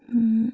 अ